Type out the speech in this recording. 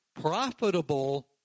profitable